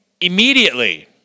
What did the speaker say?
immediately